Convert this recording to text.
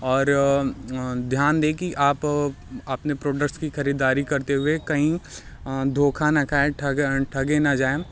और ध्यान दें कि आप आपने प्रोडक्ट्स की खरीदारी करते हुए कहीं धोखा ना खाएँ ठग ठगे ना जाएँ